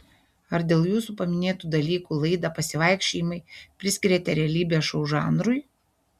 ar dėl jūsų paminėtų dalykų laidą pasivaikščiojimai priskiriate realybės šou žanrui